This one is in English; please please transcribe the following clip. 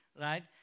right